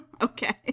Okay